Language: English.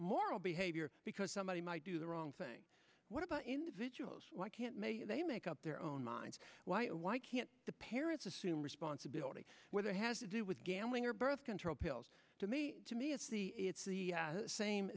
moral behavior because somebody might do the wrong thing what about individuals why can't they make up their own minds why can't the parents assume responsibility whether has to do with gambling or birth control pills to me to me it's the same same